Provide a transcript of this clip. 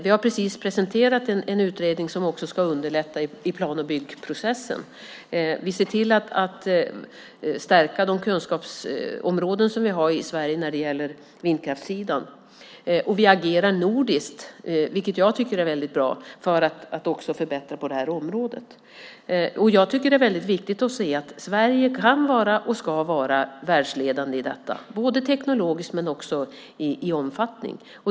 Vi har precis presenterat en utredning som ska underlätta plan och byggprocessen. Vi ser till att stärka de kunskapsområden som vi har i Sverige när det gäller vindkraft. Vi agerar nordiskt, vilket jag tycker är väldigt bra, för att förbättra på det här området. Sverige kan och ska vara världsledande i detta, både teknologiskt och i fråga om omfattning.